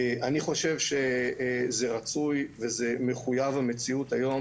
אני חושב שזה רצוי וזה מחויב המציאות היום